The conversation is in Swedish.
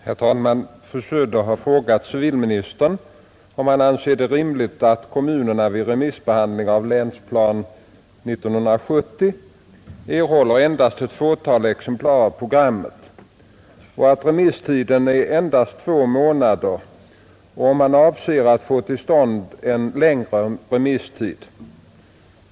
Herr talman! Fru Söder har frågat civilministern om han anser det rimligt att kommunerna vid remissbehandling av Länsprogram 1970 erhåller endast ett fåtal exemplar av programmet och att remisstiden är endast två månader och om han avser att få till stånd en längre remisstid.